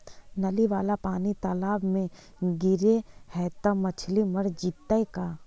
नली वाला पानी तालाव मे गिरे है त मछली मर जितै का?